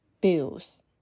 Bills